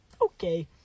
okay